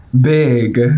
Big